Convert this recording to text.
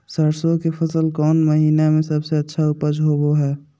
सरसों के फसल कौन महीना में सबसे अच्छा उपज होबो हय?